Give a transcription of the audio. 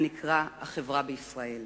הנקרא "החברה בישראל".